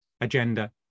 agenda